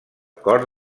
cor